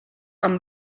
amb